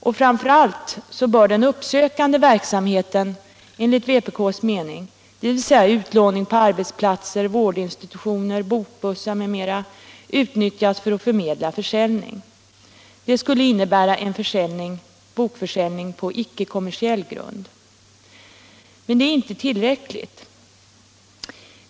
Och framför allt bör enligt vpk:s mening den uppsökande verksamheten — dvs. utlåning på arbetsplatser, på vårdinstitutioner, genom bokbussar m.m. — utnyttjas för att förmedla försäljning. Det skulle innebära en bokförsäljning på ickekommersiell grund. Men det är inte tillräckligt.